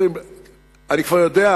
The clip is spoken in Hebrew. אני כבר יודע,